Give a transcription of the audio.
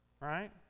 Right